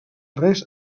res